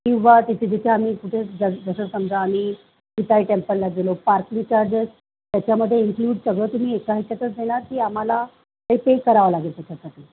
किंवा जिथे जिथे आम्ही कुठे जसं समजा आम्ही विठाई टेम्पलला गेलो पार्किंग चार्जेस त्याच्यामध्ये इन्क्लूड सगळं तुम्ही एकाच ह्याच्यात देणार की आम्हाला ते पे करावं लागेल त्याच्यासाठी